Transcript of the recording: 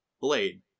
blade